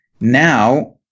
now